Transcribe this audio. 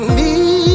need